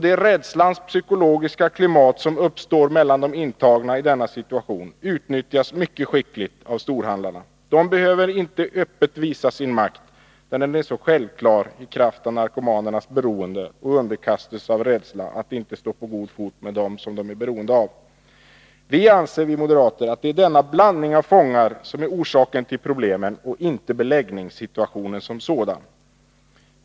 Det rädslans psykologiska klimat som uppstår mellan de intagna i denna situation utnyttjas mycket skickligt av storhandlarna. De behöver inte öppet visa sin makt, eftersom den är så självklar i kraft av narkomanernas beroende och underkastelse av rädsla för att inte stå på god fot med dem som de är beroende av. Vi moderater anser att det är denna blandning av fångar som är orsaken till problemen och inte beläggningssituationen som sådan.